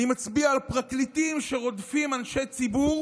אני מצביע על פרקליטים שרודפים אנשי ציבור